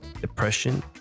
depression